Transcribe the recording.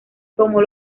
como